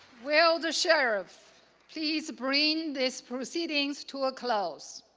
will the sheriff's please bring this proceedings to a close.